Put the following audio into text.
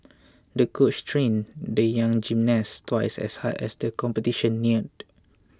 the coach trained the young gymnast twice as hard as the competition neared